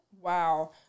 Wow